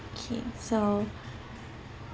okay so